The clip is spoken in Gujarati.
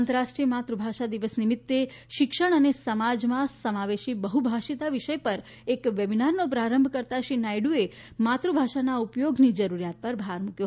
આંતરરાષ્ટ્રીય માતૃભાષા દિવસ નિમિત્તે શિક્ષણ અને સમાજમાં સમાવેશી બહ્ભાષીતા વિષય પર એક વેબિનરનો પ્રારંભ કરતા શ્રી નાયડુએ માતૃભાષાના ઉપયોગની જરૂરિયાત પર ભાર મૂક્યો